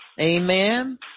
Amen